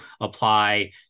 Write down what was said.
apply